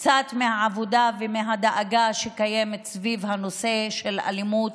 קצת מהעבודה ומהדאגה שקיימת סביב הנושא של אלימות